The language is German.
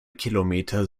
kilometer